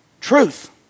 truth